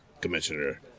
Commissioner